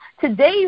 Today